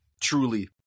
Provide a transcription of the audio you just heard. truly